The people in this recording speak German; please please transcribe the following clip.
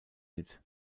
mit